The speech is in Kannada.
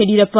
ಯಡಿಯೂರಪ್ಪ